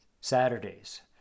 Saturdays